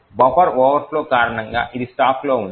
buffer overflow కారణంగా ఇది స్టాక్లో ఉంది